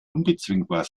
unbezwingbar